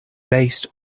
based